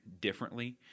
differently